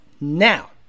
now